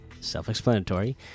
Self-explanatory